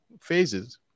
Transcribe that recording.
phases